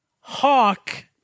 hawk